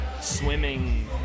swimming